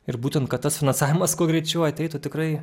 ir būtent kad tas finansavimas kuo greičiau ateitų tikrai